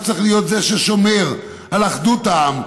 שצריך להיות זה ששומר על אחדות העם,